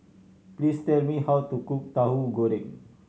please tell me how to cook Tauhu Goreng